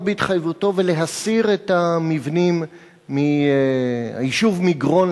בהתחייבותה ולהסיר את המבנים מהיישוב מגרון,